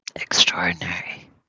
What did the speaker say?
Extraordinary